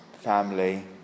family